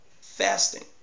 fasting